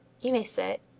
you may sit.